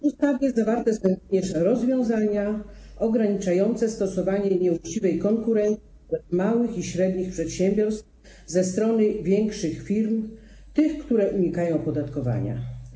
W ustawie zawarte są również rozwiązania ograniczające stosowanie nieuczciwej konkurencji małych i średnich przedsiębiorstw ze strony większych firm, tych, które unikają opodatkowania.